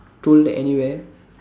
told anywhere